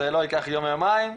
זה לא ייקח יום או יומיים,